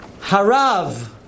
Harav